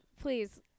please